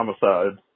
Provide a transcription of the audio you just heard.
Homicide